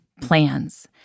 plans